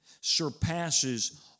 surpasses